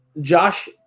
Josh